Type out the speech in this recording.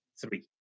three